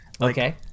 okay